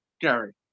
gary